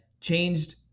changed